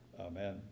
Amen